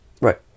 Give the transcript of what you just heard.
right